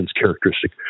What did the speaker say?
characteristic